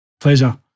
Pleasure